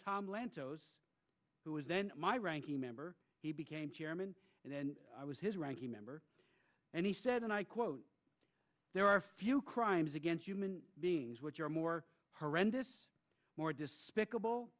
lantos who was then my ranking member he became chairman and i was his ranking member and he said and i quote there are few crimes against human beings which are more horrendous more despicable